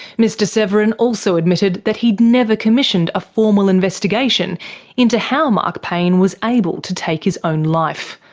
mr severin also admitted that he'd never commissioned a formal investigation into how mark payne was able to take his own life.